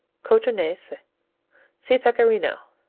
cotronese see pecorino.